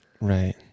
Right